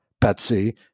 Betsy